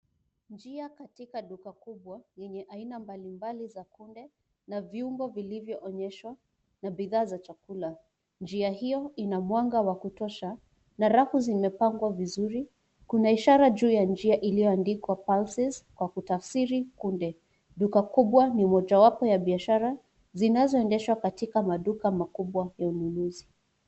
Njia katika duka kubwa yenye aina mbalimbali za kunde na viungo vilivyooneshwa na bidhaa za chakula. Njia hiyo ina mwanga wa kutosha na rafu zimepangwa vizuri. Kuna ishara juu ya njia iliyoandikwa pulses kwa kutafsiri kunde. Duka kubwa ni mojawapo ya biashara zinazoendeshwa katika maduka makubwa ya ununuzi.